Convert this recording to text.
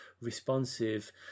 responsive